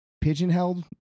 pigeon-held